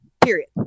period